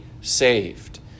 saved